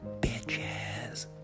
Bitches